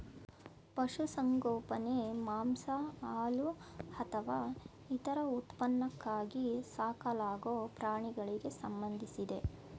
ಪಶುಸಂಗೋಪನೆ ಮಾಂಸ ಹಾಲು ಅಥವಾ ಇತರ ಉತ್ಪನ್ನಕ್ಕಾಗಿ ಸಾಕಲಾಗೊ ಪ್ರಾಣಿಗಳಿಗೆ ಸಂಬಂಧಿಸಿದೆ